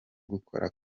gukora